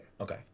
Okay